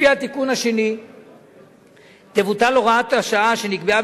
לפי התיקון השני תבוטל הוראת השעה שנקבעה